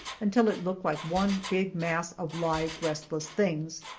until it looked like one big mass of live, restless things,